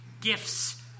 gifts